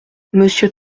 monsieur